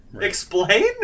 Explain